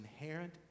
inherent